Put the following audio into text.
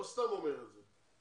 לא סתם אני אומר את זה.